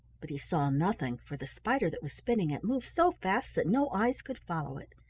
but he saw nothing, for the spider that was spinning it moved so fast that no eyes could follow it.